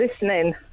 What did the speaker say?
listening